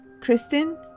Kristen